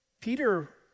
Peter